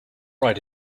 right